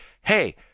hey